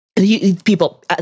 People